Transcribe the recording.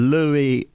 Louis